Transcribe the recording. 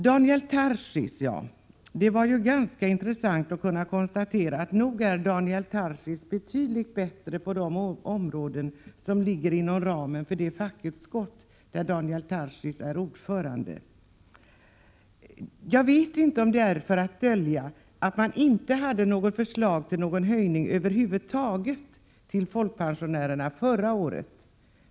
Det var intressant att konstatera att Daniel Tarschys är betydligt bättre på de områden som ligger inom ramen för det fackutskott där han är ordförande än han är i dagens debatt. Jag vet inte om folkpartiet försöker dölja att man förra året inte hade något förslag till höjning till folkpensionärerna över huvud taget.